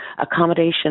accommodation